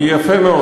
יפה מאוד.